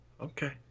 Okay